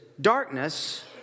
darkness